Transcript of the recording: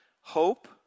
hope